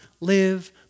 live